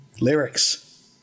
Lyrics